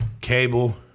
cable